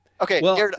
Okay